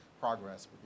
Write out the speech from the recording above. progress